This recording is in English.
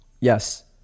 Yes